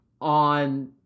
on